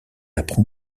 apprend